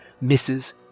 misses